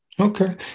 Okay